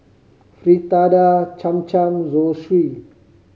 Fritada Cham Cham Zosui